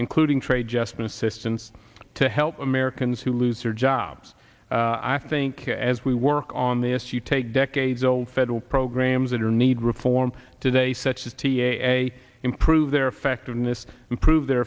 including trade adjustment assistance to help americans who lose their jobs i think as we work on this you take decades old federal programs that are need reform today such as t a a improve their effect on this improve their